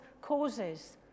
causes